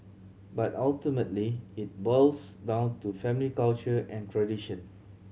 but ultimately it boils down to family culture and tradition